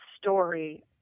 story